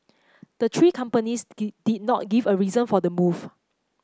the three companies did did not give a reason for the move